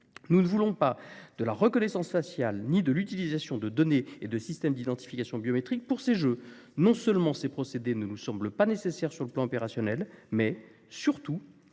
Nous ne voulons pas de la reconnaissance faciale ni de l'utilisation de données et de systèmes d'identification biométrique pour ces Jeux. Non seulement ces procédés ne nous semblent pas nécessaires sur le plan opérationnel, mais, surtout,